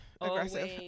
aggressive